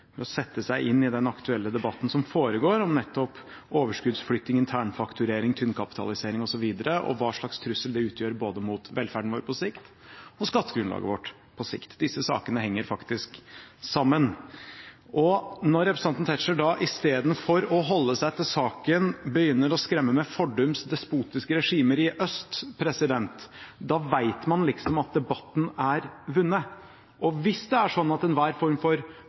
sette seg inn i den aktuelle debatten som foregår om nettopp overskuddsflytting, internfakturering, tynnkapitalisering osv., og hva slags trussel det utgjør mot både velferden vår på sikt og skattegrunnlaget vårt på sikt. Disse sakene henger faktisk sammen. Når representanten Tetzschner istedenfor å holde seg til saken begynner å skremme med fordums despotiske regimer i øst, vet man at debatten er vunnet. Hvis det er sånn med enhver form for